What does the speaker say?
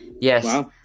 yes